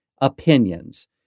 opinions